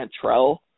Cantrell